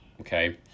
okay